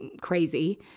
Crazy